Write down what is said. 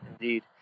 indeed